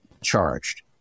charged